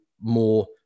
more